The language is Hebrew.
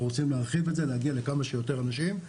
רוצים להרחיב את זה כדי להגיע לכמה שיותר אנשים.